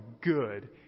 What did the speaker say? good